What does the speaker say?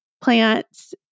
plants